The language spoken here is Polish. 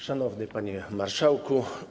Szanowny Panie Marszałku!